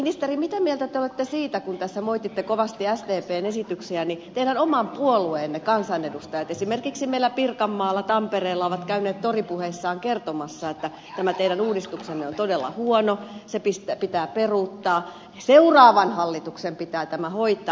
ministeri mitä mieltä te olette siitä kun tässä moititte kovasti sdpn esityksiä että teidän oman puolueenne kansanedustajat esimerkiksi meillä pirkanmaalla tampereella ovat käyneet toripuheissaan kertomassa että tämä teidän uudistuksenne on todella huono se pitää peruuttaa seuraavan hallituksen pitää tämä hoitaa